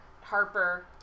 Harper